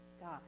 God